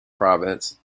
province